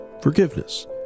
forgiveness